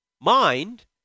mind